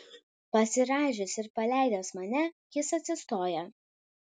pasirąžęs ir paleidęs mane jis atsistoja